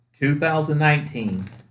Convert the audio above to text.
2019